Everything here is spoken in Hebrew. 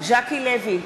ז'קי לוי,